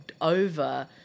over